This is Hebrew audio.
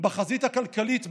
בחזית הכלכלית,